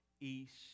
east